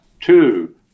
two